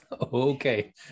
Okay